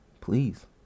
please